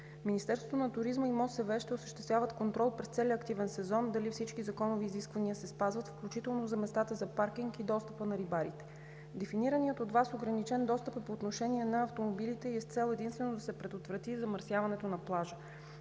Министерството на околната среда и водите ще осъществяват контрол през целия активен сезон дали всички законови изисквания се спазват, включително за местата за паркинг и достъпа на рибарите. Дефинираният от Вас ограничен достъп е по отношение на автомобилите и е с цел единствено да се предотврати замърсяването на плажа.